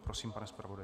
Prosím, pane zpravodaji.